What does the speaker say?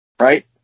right